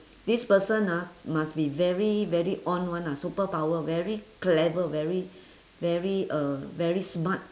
this person ah must be very very on [one] ah superpower very clever very very uh very smart